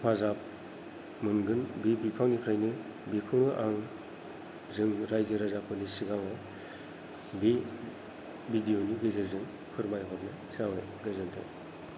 हेफाजाब मोनगोन बे बिफांनिफ्रायनो बेखौनो आं जों रायजो राजाफोरनि सिगाङाव बे भिदिअनि गेजेरजों फोरमायहरनाय जाबाय गोजोन्थों